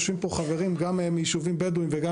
יושבים כאן חברים גם מיישובים בדואים וגם